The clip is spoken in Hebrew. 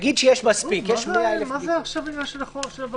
מה זה עניין של החוק?